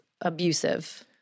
abusive